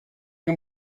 più